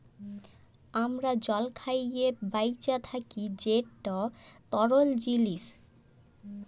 আমরা জল খাঁইয়ে বাঁইচে থ্যাকি যেট তরল জিলিস